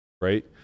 right